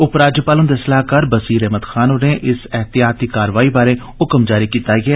उपराज्यपाल हुन्दे सलाहकार बसीर अहमद खान होरें इस एहतियाती कारवाई बारै हुक्म जारी कीता ऐ